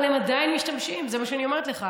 אבל הם עדיין משתמשים, זה מה שאני אומרת לך.